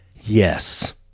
Yes